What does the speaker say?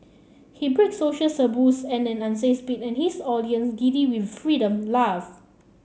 he breaks social taboos at an unsafe speed and his audience giddy with freedom laugh